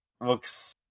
Looks